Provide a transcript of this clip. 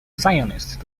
zionist